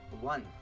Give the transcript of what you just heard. One